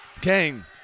Kane